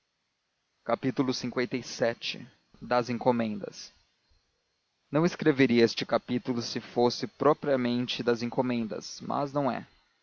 o que precisas lvii das encomendas não escreveria este capítulo se ele fosse propriamente das encomendas mas não é